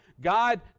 God